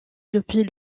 depuis